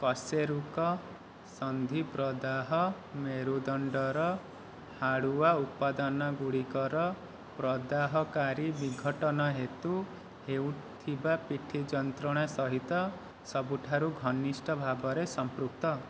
କଶେରୁକ ସନ୍ଧି ପ୍ରଦାହ ମେରୁଦଣ୍ଡର ହାଡ଼ୁଆ ଉପାଦାନ ଗୁଡ଼ିକର ପ୍ରଦାହକାରୀ ବିଘଟନ ହେତୁ ହେଉଥିବା ପିଠି ଯନ୍ତ୍ରଣା ସହିତ ସବୁଠାରୁ ଘନିଷ୍ଠ ଭାବରେ ସମ୍ପୃକ୍ତ